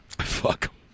Fuck